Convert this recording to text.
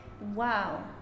Wow